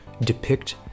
depict